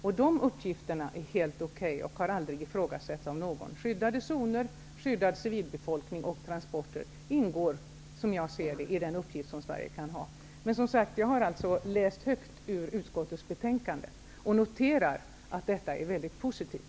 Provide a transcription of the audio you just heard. Dessa uppgifter är helt okej och har aldrig ifrågasatts av någon. Skyddade zoner, skyddad civilbefolkning och transporter ingår, som jag ser det, i den uppgift som Sverige kan ha. Men som sagt, jag har alltså läst högt ur utskottets betänkande och noterar att detta är mycket positivt.